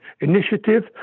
Initiative